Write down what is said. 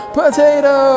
potato